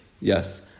Yes